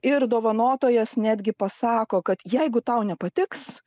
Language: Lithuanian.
ir dovanotojas netgi pasako kad jeigu tau nepatiks